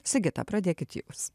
sigita pradėkit jūs